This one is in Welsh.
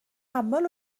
aml